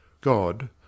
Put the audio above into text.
God